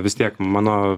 vis tiek mano